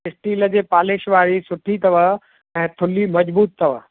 steel जे पालेश वारी सुठी अथव ऐं थुल्ही मज़बूत अथव